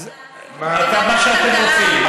אז מה שאתם רוצים,